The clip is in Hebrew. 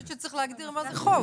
לא, אני חושבת שצריך להגדיר מה זה חוב.